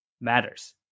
matters